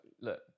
look